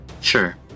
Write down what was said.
Sure